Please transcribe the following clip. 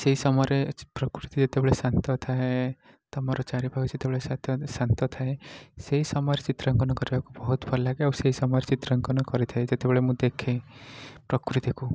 ସେହି ସମୟରେ ପ୍ରକୃତି ଯେତେବେଳେ ଶାନ୍ତ ଥାଏ ତୁମର ଚାରି ପାଖ ଯେତେବେଳେ ଶାନ୍ତ ଥାଏ ସେହି ସମୟରେ ଚିତ୍ରାଙ୍କନ କରିବାକୁ ବହୁତ ଭଲ ଲାଗେ ଆଉ ସେହି ସମୟରେ ଚିତ୍ରାଙ୍କନ କରିଥାଏ ଯେତେବେଳେ ମୁଁ ଦେଖେ ପ୍ରକୃତିକୁ